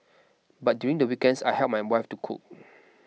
but during the weekends I help my wife to cook